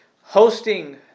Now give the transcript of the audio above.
hosting